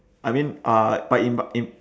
I mean uh but in but in